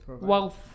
wealth